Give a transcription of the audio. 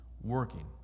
working